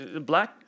black